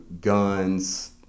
guns